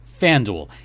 FanDuel